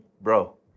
bro